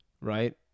Right